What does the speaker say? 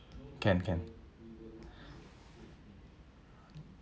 can can